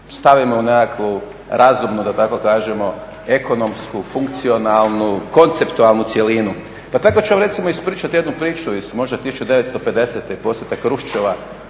stavimo u nekakvu razumnu da tako kažemo ekonomsku, funkcionalnu konceptualnu cjelinu. Pa tako ću vam recimo ispričati jednu priču iz možda 1950. i posjete Hruščova